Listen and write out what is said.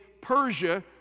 Persia